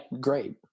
great